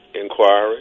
inquiry